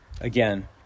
again